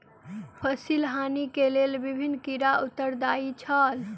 फसिल हानि के लेल विभिन्न कीड़ा उत्तरदायी छल